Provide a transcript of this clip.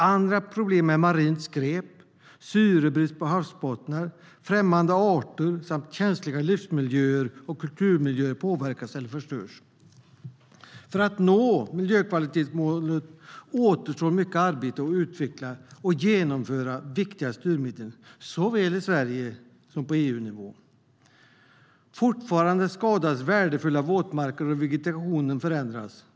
Andra problem är marint skräp, syrebrist på havsbottnar, främmande arter samt att känsliga livsmiljöer och kulturmiljöer påverkas eller förstörs. För att nå miljökvalitetsmålet återstår mycket arbete med att utveckla och genomföra viktiga styrmedel såväl i Sverige som på EU-nivå. Fortfarande skadas värdefulla våtmarker och vegetationen förändras.